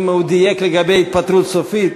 אם הוא דייק לגבי התפטרות סופית,